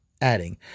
Adding